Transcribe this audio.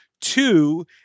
two